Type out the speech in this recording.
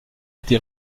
été